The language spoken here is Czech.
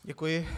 Děkuji.